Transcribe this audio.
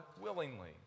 willingly